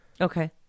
Okay